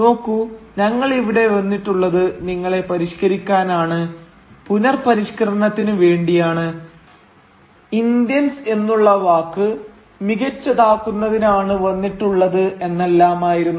നോക്കൂ ഞങ്ങൾ ഇവിടെ വന്നിട്ടുള്ളത് നിങ്ങളെ പരിഷ്കരിക്കാനാണ് പുനർ പരിഷ്കരണത്തിനു വേണ്ടിയാണ് ഇന്ത്യൻസ് എന്നുള്ള വാക്ക് മികച്ചതാക്കുന്നതിനാണ് വന്നിട്ടുള്ളത് എന്നെല്ലാമായിരുന്നു